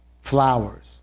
flowers